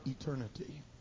eternity